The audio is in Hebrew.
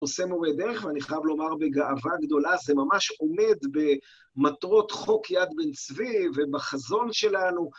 עושה מורי דרך, ואני חייב לומר בגאווה גדולה, זה ממש עומד במטרות חוק יד בנצבי ובחזון שלנו.